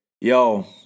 yo